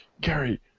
Gary